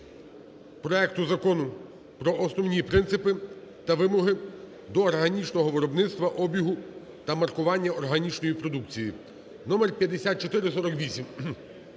проекту Закону про основні принципи та вимоги до органічного виробництва, обігу та маркування органічної продукції (номер 5448).